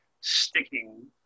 sticking